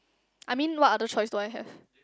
I mean what other choice do I have